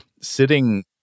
sitting